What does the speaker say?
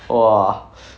!wah!